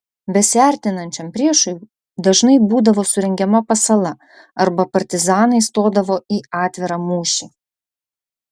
besiartinančiam priešui dažnai būdavo surengiama pasala arba partizanai stodavo į atvirą mūšį